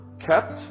kept